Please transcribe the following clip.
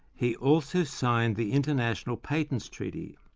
he also signed the international patents treaty.